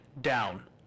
down